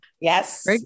Yes